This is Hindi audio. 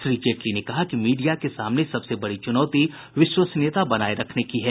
श्री जेटली ने कहा कि मीडिया के सामने सबसे बडी चुनौती विश्वसनीयता बनाए रखने की है